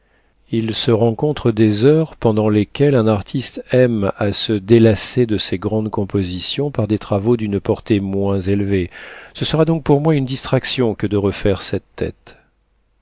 il se rencontre des heures pendant lesquelles un artiste aime à se délasser de ses grandes compositions par des travaux d'une portée moins élevée ce sera donc pour moi une distraction que de refaire cette tête